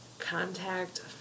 Contact